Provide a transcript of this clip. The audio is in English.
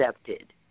accepted